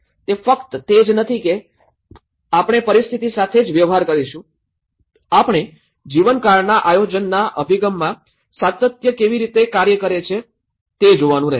તે ફક્ત તે જ નથી કે આપણે પરિસ્થિતિ સાથે જ વ્યવહાર કરીશું આપણે જીવનકાળના આયોજનના અભિગમમાં સાતત્ય કેવી રીતે કાર્ય કરે છે તે જોવાનું રહેશે